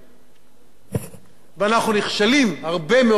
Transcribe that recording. ואנחנו נכשלים הרבה מאוד פעמים, הרבה מדי פעמים,